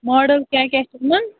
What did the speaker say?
model کیٛاہ کیٛاہ چھِ یِمَن